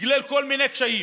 בגלל כל מיני קשיים.